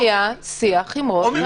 זה בהחלט לצערנו מציאות עגומה,